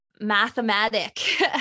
mathematic